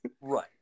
right